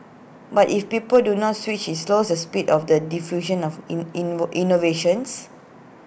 but if people do not switch IT slows the speed of the diffusion of in in innovations